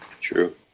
True